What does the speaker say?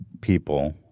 people